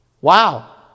Wow